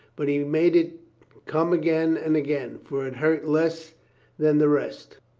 but he made it come again and again, for it hurt less than the rest.